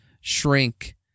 shrink